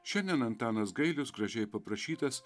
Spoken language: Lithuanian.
šiandien antanas gailius gražiai paprašytas